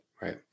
right